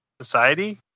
society